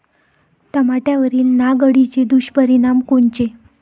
टमाट्यावरील नाग अळीचे दुष्परिणाम कोनचे?